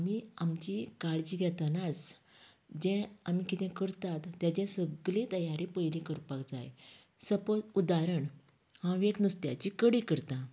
आमी आमची काळजी घेतनाच जें आमी कितें करतात तेचें सगळीं तयारी पयली करपाक जाय सपोज उदारण हांव एक नुस्त्याची कडी करता